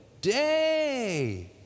day